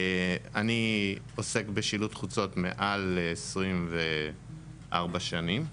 אני עוסק בשילוט חוצות מעל 24 שנים.